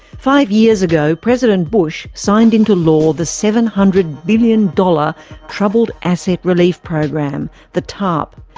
five years ago, president bush signed into law the seven hundred billion dollars troubled asset relief program the tarp.